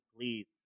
please